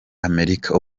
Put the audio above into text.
amerika